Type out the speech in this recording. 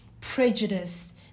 prejudice